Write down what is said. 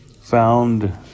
found